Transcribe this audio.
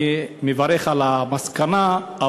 אני מברך על המסקנה,